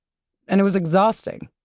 and it was exhausting.